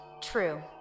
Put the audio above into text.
True